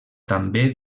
també